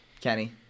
Kenny